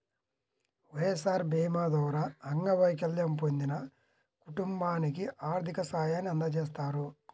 వైఎస్ఆర్ భీమా ద్వారా అంగవైకల్యం పొందిన కుటుంబానికి ఆర్థిక సాయాన్ని అందజేస్తారు